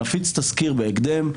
נפיץ תזכיר בהקדם,